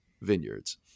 Vineyards